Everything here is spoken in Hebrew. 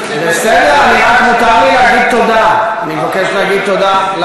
בסדר, אני רק, מותר לי להגיד תודה.